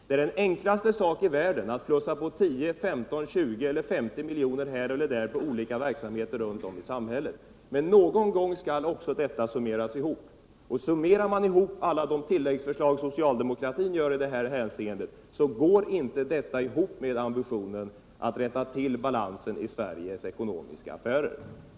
Det är den enklaste sak i världen att plussa på 10, 15 eller 50 milj.kr. här eller på olika verksamheter runt om i samhället. Men någon gång skall också detta summeras ihop. Summerar man ihop alla de tilläggsförslag socialdemokraterna gör i det här hänseendet. så går slutsumman inte ihop med ambitionen att rätta till balansen i Sveriges ekonomiska affärer.